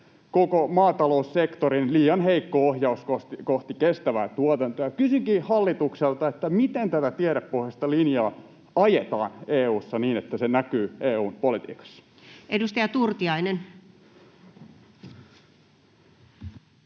koko maata-loussektorin liian heikko ohjaus kohti kestävää tuotantoa. Kysynkin hallitukselta: miten tätä tiedepohjaista linjaa ajetaan EU:ssa niin, että se näkyy EU:n politiikassa? [Speech